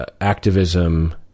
activism